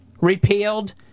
repealed